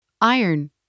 Iron